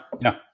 no